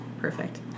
Perfect